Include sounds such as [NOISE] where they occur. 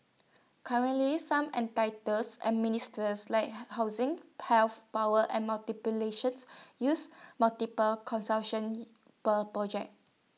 currently some [UNINTELLIGIBLE] and ministers like housing health power and [UNINTELLIGIBLE] use multiple consultation per project